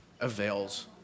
avails